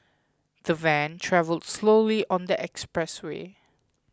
the van travelled slowly on the expressway